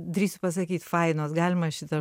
drįsiu pasakyt fainos galima šitą